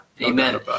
amen